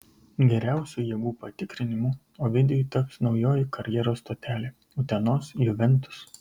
geriausiu jėgų patikrinimu ovidijui taps naujoji karjeros stotelė utenos juventus